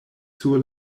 sur